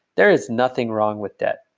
there is nothing wrong with debt.